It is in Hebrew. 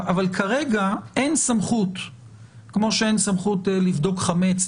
אבל כרגע אין סמכות כמו שאין סמכות לבדוק חמץ,